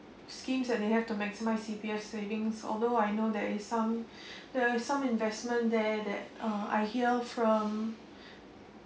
schemes and you have to maximize C_P_F savings although I know there is some there are some investment there that uh I hear from